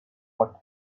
out